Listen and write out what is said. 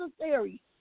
necessary